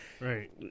Right